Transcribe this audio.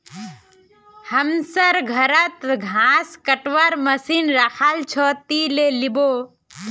हमसर घरत घास कटवार मशीन रखाल छ, ती ले लिबो